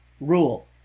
rule